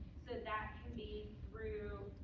so that can be through